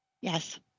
Yes